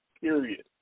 period